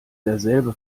derselbe